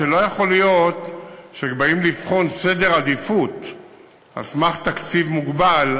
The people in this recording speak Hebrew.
שלא יכול להיות שבאים לבחון סדר עדיפויות על סמך תקציב מוגבל,